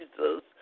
Jesus